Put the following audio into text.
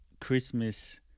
Christmas